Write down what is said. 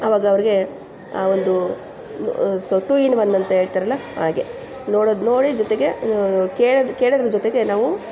ಅವಾಗ ಅವರಿಗೆ ಆ ಒಂದು ಸೊ ಟು ಇನ್ ಒನ್ ಅಂತ ಹೇಳ್ತಾರಲ್ಲ ಹಾಗೆ ನೋಡೊದ್ ನೋಡಿದ ಜೊತೆಗೆ ಕೇಳೊದ್ ಕೇಳದ್ರ ಜೊತೆಗೆ ನಾವು